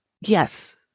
Yes